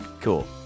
Cool